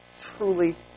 Truly